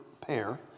pair